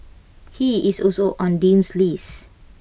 he is also on Dean's list